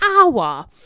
hour